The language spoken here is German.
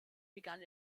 begann